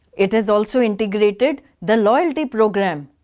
it has also integrated the loyalty program.